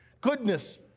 goodness